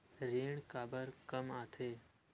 ऋण काबर कम आथे?